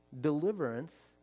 deliverance